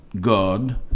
God